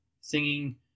singing